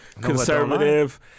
conservative